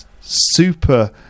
super